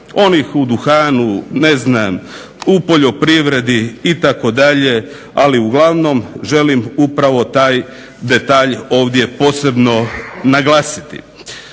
onih u duhanu, ne znam, u poljoprivredi itd. ali uglavnom želim upravo taj detalj ovdje posebno naglasiti.